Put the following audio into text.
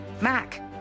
Mac